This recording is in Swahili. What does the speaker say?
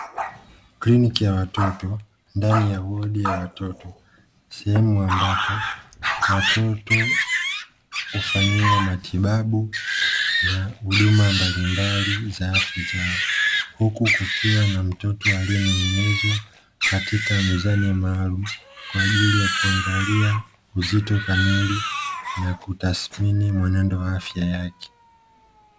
Kiliniki ya watoto ndani ya wodi ya watoto, sehemu ambapo watoto hufanyiwa matibabu na huduma mbalimbali za afya zao. Huku kukiwa na mtoto aliyening'inizwa katika mzani maalumu, kwa ajili ya kuangalia uziot kamili, na kutathmini mwenendo wa afya yake.